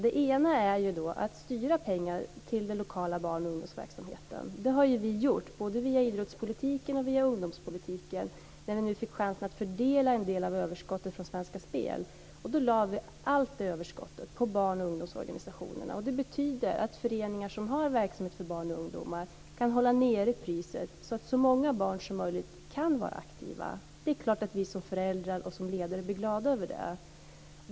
Dels gäller det att styra pengar till den lokala barn och ungdomsverksamheten. Det har vi gjort, både via idrottspolitiken och via ungdomspolitiken, när vi nu fick chansen att fördela en del av överskottet från Svenska Spel. Vi lade allt det på barn och ungdomsorganisationerna. Det betyder att föreningar som har verksamhet för barn och ungdomar kan hålla priset nere så att så många barn som möjligt kan vara aktiva. Det är klart att vi som föräldrar och som ledare blir glada över det.